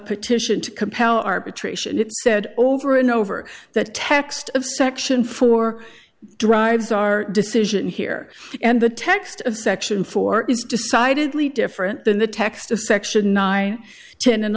petition to compel arbitration it said over and over that text of section four drives our decision here and the text of section four is decidedly different than the text of section nine ten and